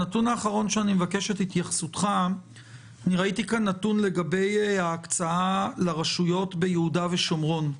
ראיתי כאן נתון לגבי ההקצאה לרשויות ביהודה ושומרון.